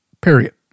Period